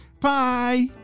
Bye